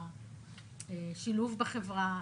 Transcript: השילוב בחברה,